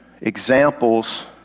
examples